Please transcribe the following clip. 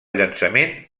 llançament